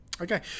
Okay